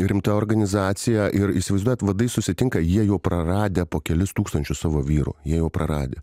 rimta organizacija ir įsivaizduojat vadai susitinka jie jau praradę po kelis tūkstančius savo vyrų jie jau praradę